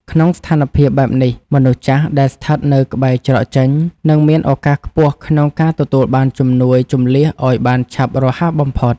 ក្នុងស្ថានភាពបែបនេះ មនុស្សចាស់ដែលស្ថិតនៅក្បែរច្រកចេញ នឹងមានឱកាសខ្ពស់ក្នុងការទទួលបានជំនួយជម្លៀសឱ្យបានឆាប់រហ័សបំផុត។